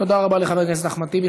תודה רבה לחבר הכנסת אחמד טיבי.